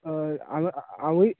हांव हांवूय